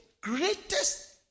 greatest